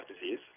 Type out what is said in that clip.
disease